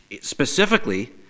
Specifically